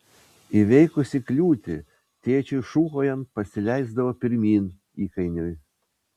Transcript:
įveikusi kliūtį tėčiui šūkaujant pasileisdavo pirmyn įkainiui